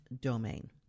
domain